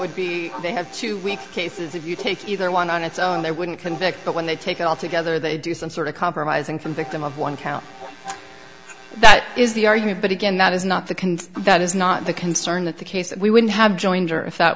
would be they have two weeks cases if you take either one on its own they wouldn't convict but when they take it all together they do some sort of compromising from victim of one count that is the argument but again that is not the concern that is not the concern that the case we wouldn't have joined or if that